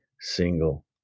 single